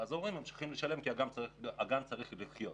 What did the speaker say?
אז ההורים ממשיכים לשלם כי הגן צריך לחיות.